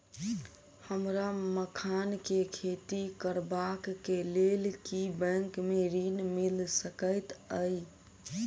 हमरा मखान केँ खेती करबाक केँ लेल की बैंक मै ऋण मिल सकैत अई?